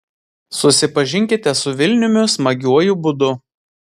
susipažinkite su vilniumi smagiuoju būdu